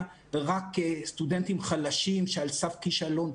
רק כסטודנטים חלשים על סף כישלון.